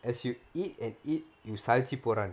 as you eat and eat you சலிச்சு போறேன்:salichu poraen